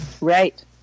Right